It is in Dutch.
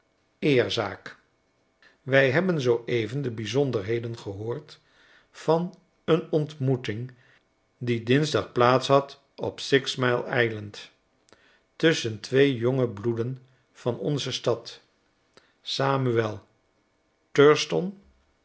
eerezaak wij hebben zoo even de bijzonderheden gehoord van een ontmoeting die dinsdag plaats had op six mile island tusschen tweejonge bloeden van onze stad samuel